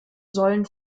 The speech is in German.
sollen